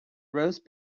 roast